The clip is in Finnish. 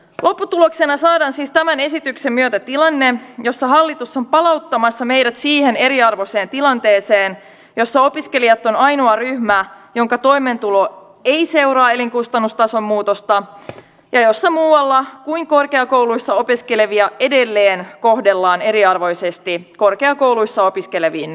lopputuloksena saadaan siis tämän esityksen myötä tilanne jossa hallitus on palauttamassa meidät siihen eriarvoiseen tilanteeseen jossa opiskelijat ovat ainoa ryhmä jonka toimeentulo ei seuraa elinkustannustason muutosta ja jossa muualla kuin korkeakouluissa opiskelevia edelleen kohdellaan eriarvoisesti korkeakouluissa opiskeleviin nähden